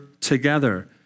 together